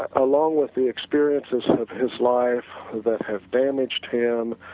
along with the experiences of his life that have damaged him,